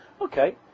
okay